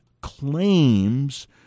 claims